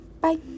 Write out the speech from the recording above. bye